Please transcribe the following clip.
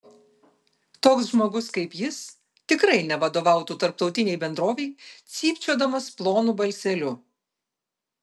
toks žmogus kaip jis tikrai nevadovautų tarptautinei bendrovei cypčiodamas plonu balseliu